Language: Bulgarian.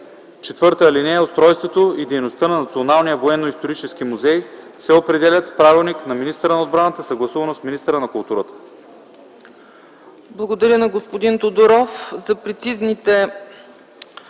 отбраната. (4) Устройството и дейността на Националния военноисторически музей се определят с правилник на министъра на отбраната съгласувано с министъра на културата.”